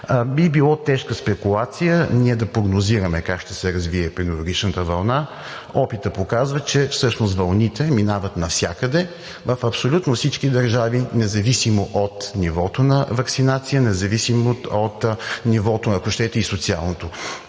Би било тежка спекулация ние да прогнозираме как ще се развие пандемичната вълна. Опитът показва, че всъщност вълните минават навсякъде, в абсолютно всички държави, независимо от нивото на ваксинация, независимо от социалното